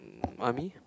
army